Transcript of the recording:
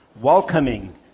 welcoming